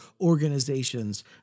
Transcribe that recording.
organizations